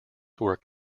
work